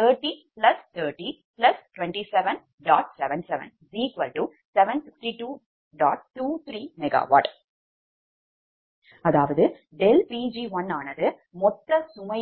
∆Pg1850 303027